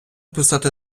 писати